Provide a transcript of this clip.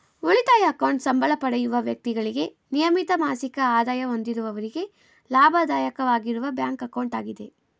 ಉಳಿತಾಯ ಅಕೌಂಟ್ ಸಂಬಳ ಪಡೆಯುವ ವ್ಯಕ್ತಿಗಳಿಗೆ ನಿಯಮಿತ ಮಾಸಿಕ ಆದಾಯ ಹೊಂದಿರುವವರಿಗೆ ಲಾಭದಾಯಕವಾಗಿರುವ ಬ್ಯಾಂಕ್ ಅಕೌಂಟ್ ಆಗಿದೆ